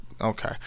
Okay